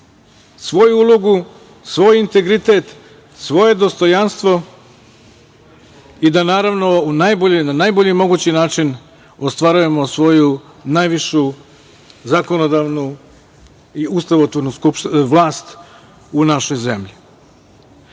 svoju ulogu, svoj integritet, svoje dostojanstvo i da naravno na najbolji mogući način ostvarujemo svoju najvišu zakonodavnu i ustavotvornu vlast u našoj zemlji. Zato